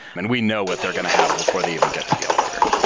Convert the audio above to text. and we know what they're going to have before they even get to the elevator.